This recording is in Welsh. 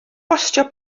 bostio